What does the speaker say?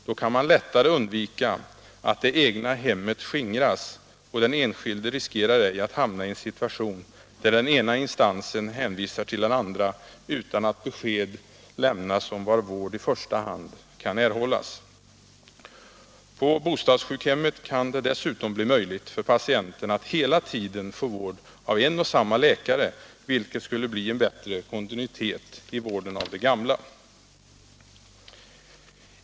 Då kan man lättare undvika att det egna hemmet skingras, och den enskilde riskerar ej att hamna i en situation där den ena instansen hänvisar till den andra utan att besked lämnas om var vård i första hand kan erhållas. På bostadssjukhemmet kan det dessutom bli möjligt för patienten att hela tiden få vård av en och samma läkare, vilket skulle innebära en bättre kontinuitet i vården av de gamla.